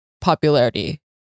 popularity